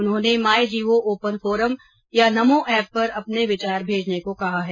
उन्होंने my G O V open forum या Namo app पर अपने विचार भेजने को कहा है